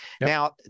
Now